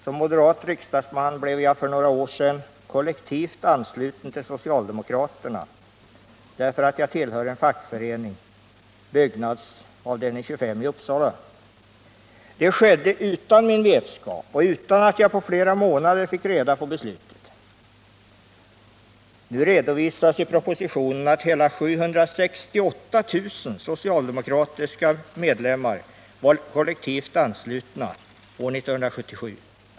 Som moderat riksdagsman blev jag för några år sedan kollektivt ansluten till socialdemokraterna därför att jag tillhör en fackförening, Byggnads avdelning 25 i Uppsala. Det skedde utan min vetskap och utan att jag på flera månader fick reda på beslutet. Nu redovisas i propositionen att 768 000 socialdemokratiska medlemmar var kollektivt anslutna år 1977.